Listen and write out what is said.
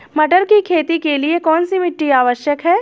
मटर की खेती के लिए कौन सी मिट्टी आवश्यक है?